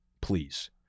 please